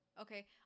Okay